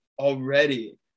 already